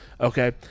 Okay